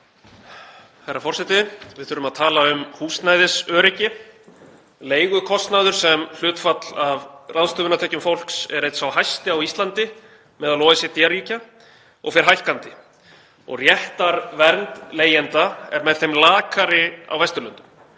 Herra forseti. Við þurfum að tala um húsnæðisöryggi. Leigukostnaður sem hlutfall af ráðstöfunartekjum fólks er einn sá hæsti á Íslandi meðal OECD-ríkja og fer hækkandi, og réttarvernd leigjenda er með þeim lakari á Vesturlöndum.